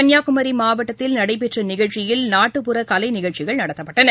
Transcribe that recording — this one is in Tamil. கள்ளியாகுமரி மாவட்டத்தில் நடைபெற்ற நிகழ்ச்சியில் நாட்டுப்புற கலை நிகழ்ச்சிகள் நடத்தப்பட்டன